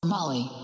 Molly